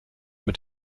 mit